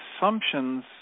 assumptions